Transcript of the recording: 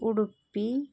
Udupi